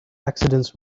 accidents